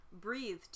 Breathe